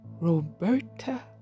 Roberta